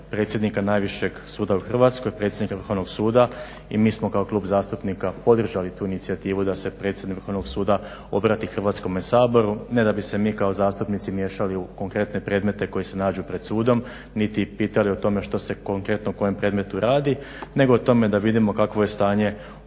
predsjednika najvišeg suda u Hrvatskoj, predsjednika Vrhovnog suda, i mi smo kao klub zastupnika podržali tu inicijativu da se predsjednik Vrhovnog suda obrati Hrvatskom saboru, ne da bi se mi kao zastupnici miješali u konkretne predmete koji se nađu pred sudom niti pitali o tome što se konkretno u kojem predmetu radi, nego o tome da vidimo kakvo je stanje